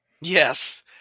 Yes